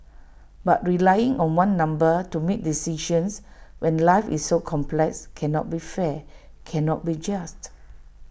but relying on one number to make decisions when life is so complex cannot be fair cannot be just